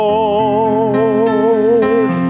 Lord